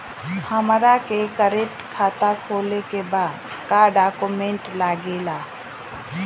हमारा के करेंट खाता खोले के बा का डॉक्यूमेंट लागेला?